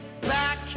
back